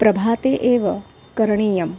प्रभाते एव करणीयं